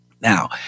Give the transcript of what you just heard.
Now